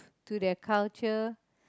to their culture